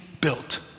built